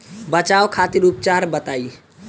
बचाव खातिर उपचार बताई?